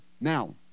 Now